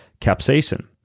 capsaicin